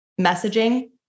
messaging